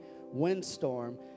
windstorm